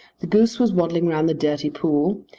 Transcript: the goose was waddling round the dirty pool,